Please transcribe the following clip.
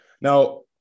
Now